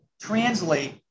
translate